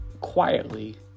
quietly